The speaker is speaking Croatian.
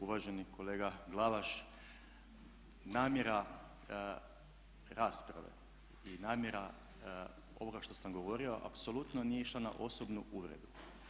Uvaženi kolega Glavaš, namjera rasprave i namjera ovoga što sam govorio apsolutno nije išla na osobnu uvredu.